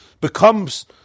becomes